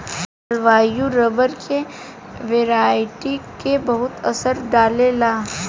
जलवायु रबर के वेराइटी के बहुते असर डाले ला